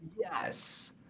Yes